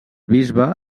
bisbe